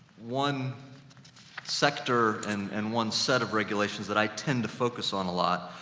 one sector and, and one set of regulations that i tend to focus on a lot,